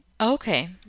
Okay